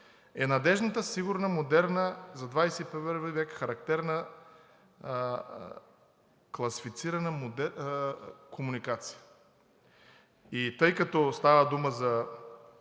е надеждната, сигурна, модерна за XXI век, характерна класифицирана комуникация. И тъй като става дума за